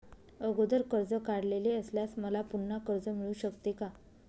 अगोदर कर्ज काढलेले असल्यास मला पुन्हा कर्ज मिळू शकते का?